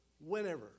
Whenever